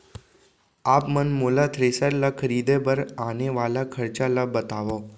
आप मन मोला थ्रेसर ल खरीदे बर आने वाला खरचा ल बतावव?